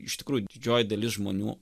iš tikrųjų didžioji dalis žmonių